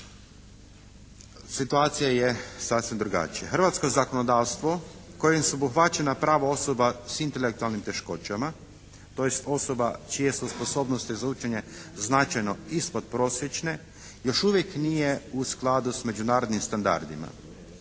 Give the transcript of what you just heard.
situacija je sasvim drugačija. Hrvatsko zakonodavstvo kojim su obuhvaćena prava osoba s intelektualnim teškoćama, tj. osoba čije su sposobnosti za učenje značajno ispodprosječne još uvijek nije u skladu s međunarodnim standardima.